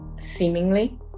seemingly